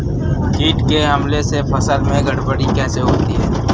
कीट के हमले से फसल में गड़बड़ी कैसे होती है?